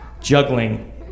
juggling